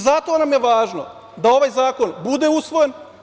Zato nam je važno da ovaj zakon bude usvojen.